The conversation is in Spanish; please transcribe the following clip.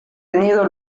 tenido